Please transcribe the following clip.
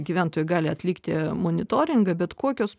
gyventojai gali atlikti monitoringą bet kokios